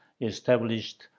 established